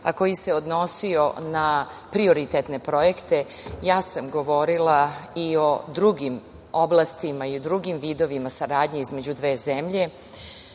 a koji se odnosio na prioritetne projekte, ja sam govorila i o drugim oblastima, i o drugim vidovima saradnje između dve zemlje,